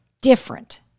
different